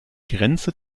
grenze